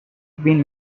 been